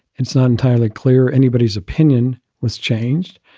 it's not entirely clear anybody's opinion was changed,